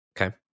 Okay